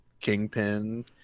kingpin